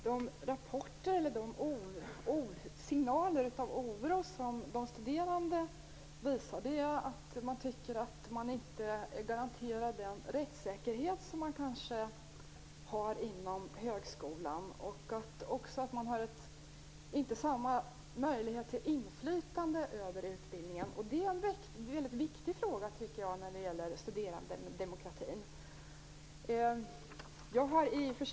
Herr talman! De signaler om oro som de studerande visar gäller att man som student inte är garanterad den rättssäkerhet som kanske finns inom högskolan. Man har inte samma möjlighet till inflytande över utbildningen, och studerandedemokratin är en viktigt fråga.